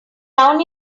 down